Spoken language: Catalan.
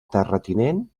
terratinent